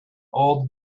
old